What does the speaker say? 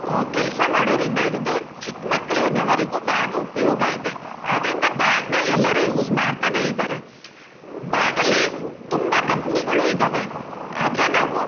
ಕೆಲಸ ಮಾಡೋರಿಂದ ಹಿಡಿದು ಚಿಕ್ಕ ಮಕ್ಳುವರೆಗೂ ಬ್ಯಾಗು ಉಪಯೋಗ ಇದೆ ಆದ್ರಿಂದ ಬ್ಯಾಗ್ನ ಎಲ್ಲರೂ ಯೂಸ್ ಮಾಡ್ತಾನೆಯಿದ್ದಾರೆ ಬ್ಯಾಗಲ್ಲಿ ತುಂಬ ಕಂಪ್ನಿಗಳು ಇದ್ದಾವೆ ಆದರೆ ನಾವು